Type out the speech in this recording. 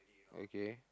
okay